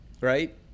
right